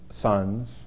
sons